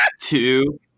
two